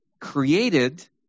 created